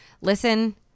listen